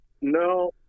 No